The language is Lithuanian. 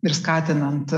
ir skatinant